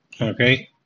Okay